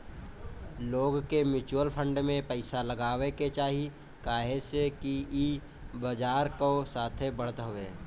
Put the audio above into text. लोग के mutual fund में पइसा लगावे के चाही काहे से कि ई बजार कअ साथे बढ़त हवे